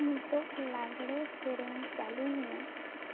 ᱱᱤᱛᱚᱜ ᱞᱟᱜᱽᱲᱮ ᱥᱮᱨᱮᱧ ᱪᱟᱹᱞᱩᱭ ᱢᱮ